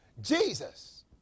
Jesus